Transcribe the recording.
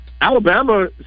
Alabama